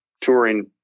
touring